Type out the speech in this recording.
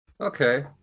Okay